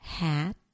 Hat